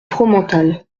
fromental